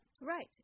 Right